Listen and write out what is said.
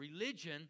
Religion